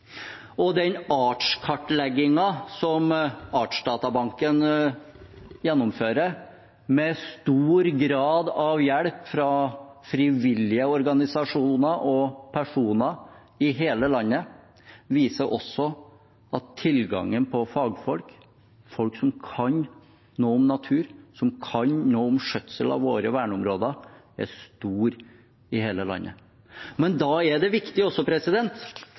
Og den artskartleggingen som Artsdatabanken gjennomfører, med stor grad av hjelp fra frivillige organisasjoner og personer i hele landet, viser også at tilgangen på fagfolk – folk som kan noe om natur, som kan noe om skjøtsel av våre verneområder – er stor i hele landet. Men da er det også viktig